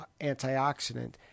antioxidant